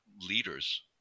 leaders